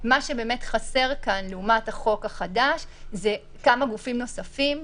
מה שבאמת חסר כאן לעומת החוק החדש זה כמה גופים נוספים,